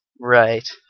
Right